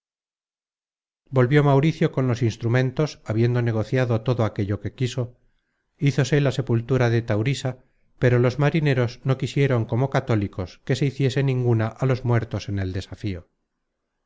volvió mauricio con los instrumentos habiendo negociado todo aquello que quiso hízose la sepultura de taurisa pero los marineros no quisierón como católicos que se hiciese ninguna á los muertos en el desafío